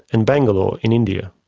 and bangalore in india.